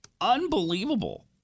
unbelievable